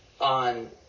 on